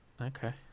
okay